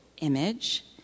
image